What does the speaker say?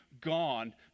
gone